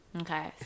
Okay